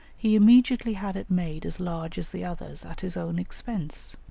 he immediately had it made as large as the others at his own expense.